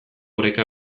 oreka